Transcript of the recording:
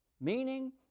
Meaning